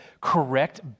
correct